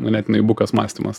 ganėtinai bukas mąstymas